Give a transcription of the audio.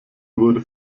wurde